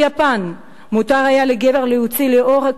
ביפן מותר היה לגבר להוציא להורג,